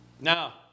Now